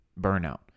burnout